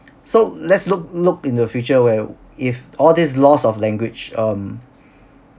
so let's look look in the future where if all this loss of language um